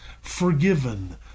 forgiven